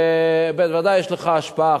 ודאי יש לך השפעה,